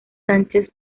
sánchez